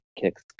kicks